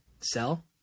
sell